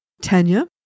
Tanya